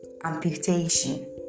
amputation